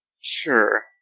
Sure